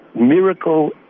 miracle